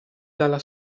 dalla